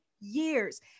years